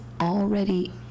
already